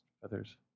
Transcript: feathers